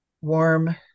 warm